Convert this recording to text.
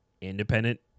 independent